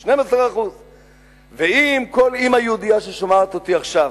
12%. ואם כל אמא יהודייה ששומעת אותי עכשיו,